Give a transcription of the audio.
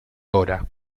dra